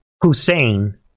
Hussein